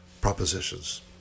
propositions